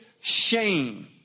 shame